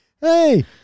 Hey